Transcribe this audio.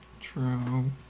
True